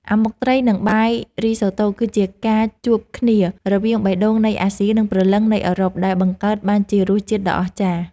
អាម៉ុកត្រី និងបាយរីសូតូគឺជាការជួបគ្នារវាងបេះដូងនៃអាស៊ីនិងព្រលឹងនៃអឺរ៉ុបដែលបង្កើតបានជារសជាតិដ៏អស្ចារ្យ។